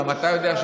גם אתה יודע,